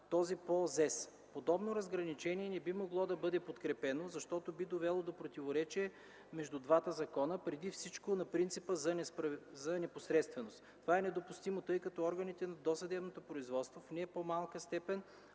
този по ЗЕС. Подобно разграничение не би могло да бъде подкрепено, защото би довело до противоречие между двата закона, преди всичко на принципа за непосредственост. Това е недопустимо, тъй като органите на досъдебното производство в не по-малка степен